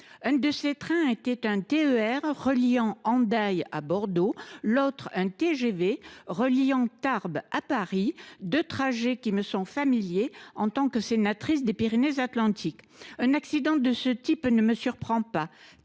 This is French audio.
L’un de ces trains était un TER reliant Hendaye à Bordeaux, l’autre un TGV reliant Tarbes à Paris, deux trajets qui me sont familiers en tant que sénatrice des Pyrénées Atlantiques. Un accident de ce type ne me surprend pas,